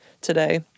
today